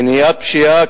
מניעת פשיעה,